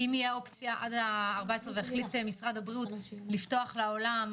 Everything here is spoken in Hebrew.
אם תהיה אופציה עד 14 יום ומשרד הבריאות יחליט לפתוח לעולם,